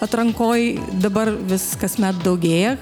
atrankoj dabar vis kasmet daugėja